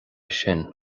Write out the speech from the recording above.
sin